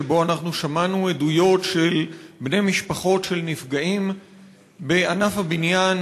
שבו אנחנו שמענו עדויות של בני משפחות של נפגעים בענף הבניין,